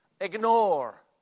ignore